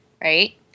right